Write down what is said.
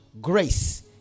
grace